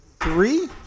three